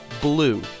blue